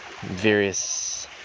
various